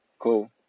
Cool